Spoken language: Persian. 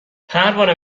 پروانه